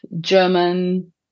German